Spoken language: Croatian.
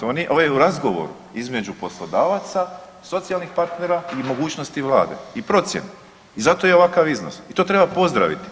Ovo je u razgovoru između poslodavaca, socijalnih partnera i mogućnosti vlade i procjene i zato je ovakav iznos i to treba pozdraviti.